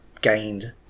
gained